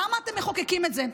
למה אתם מחוקקים את זה?